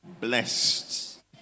blessed